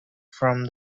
from